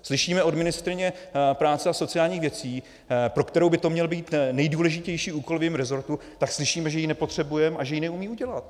Slyšíme od ministryně práce a sociálních věcí, pro kterou by to měl být nejdůležitější úkol v jejím resortu, slyšíme, že ji nepotřebujeme a že ji neumí udělat.